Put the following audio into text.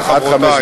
חברי,